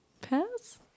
pass